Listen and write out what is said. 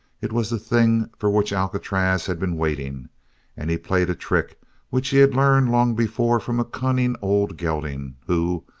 it was the thing for which alcatraz had been waiting and he played a trick which he had learned long before from a cunning old gelding who,